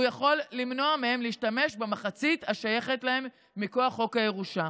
והוא יכול למנוע מהם להשתמש במחצית השייכת להם מכוח חוק הירושה